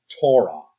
Torah